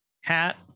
hat